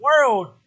world